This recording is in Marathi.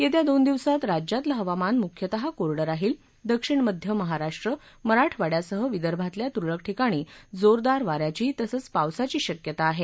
येत्या दोन दिवसात राज्यातलं हवामान मुख्यतः कोरडं राहील दक्षिण मध्य महाराष्ट्र मराठवाडयासह विदर्भातल्या तुरळक ठिकाणी जोरदार वा याची तसंच पावसाची शक्यता आहे